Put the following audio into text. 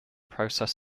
process